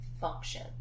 function